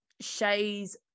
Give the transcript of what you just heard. Shay's